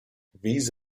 these